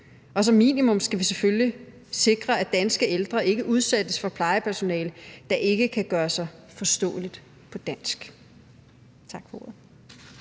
Og som minimum skal vi selvfølgelig sikre, at danske ældre ikke udsættes for plejepersonale, der ikke kan gøre sig forståelig på dansk.